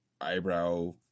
eyebrow